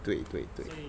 对对对